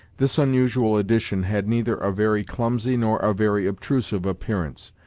this unusual addition had neither a very clumsy nor a very obtrusive appearance.